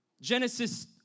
Genesis